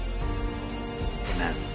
amen